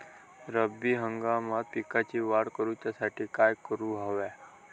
रब्बी हंगामात पिकांची वाढ करूसाठी काय करून हव्या?